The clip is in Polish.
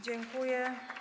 Dziękuję.